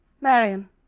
Marion